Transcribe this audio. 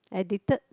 addicted